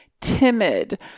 timid